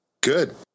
good